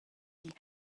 igl